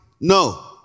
No